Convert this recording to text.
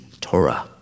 Torah